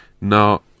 Now